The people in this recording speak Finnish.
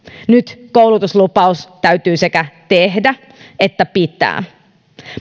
nyt koulutuslupaus täytyy sekä tehdä että pitää